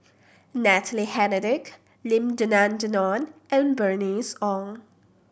Natalie Hennedige Lim Denan Denon and Bernice Ong